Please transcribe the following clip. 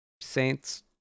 Saints